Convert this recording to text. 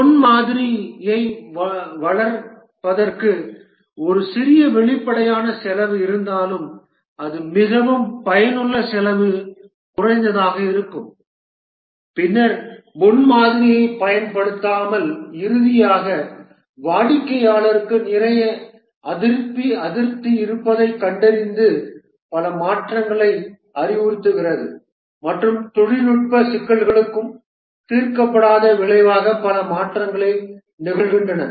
முன்மாதிரியை வளர்ப்பதற்கு ஒரு சிறிய வெளிப்படையான செலவு இருந்தாலும் அது மிகவும் பயனுள்ள செலவு குறைந்ததாக இருக்கும் பின்னர் முன்மாதிரியைப் பயன்படுத்தாமல் இறுதியாக வாடிக்கையாளருக்கு நிறைய அதிருப்தி இருப்பதைக் கண்டறிந்து பல மாற்றங்களை அறிவுறுத்துகிறது மற்றும் தொழில்நுட்ப சிக்கல்களும் தீர்க்கப்படாத விளைவாக பல மாற்றங்கள் நிகழ்கின்றன